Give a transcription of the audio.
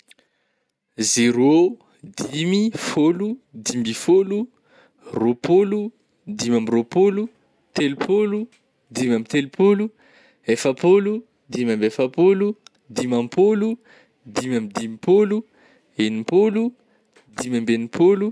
Zero, dimy, fôlo, di mby fôlo, rôpôlo, dimy amby rôpôlo, telopôlo, dimy amby telopôlo, efapôlo, dimy amby efapôlo, dimapôlo, dimy amby dimpôlo, eninpôlo, dimy amby eninpôlo.